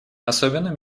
особенно